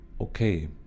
Okay